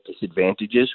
disadvantages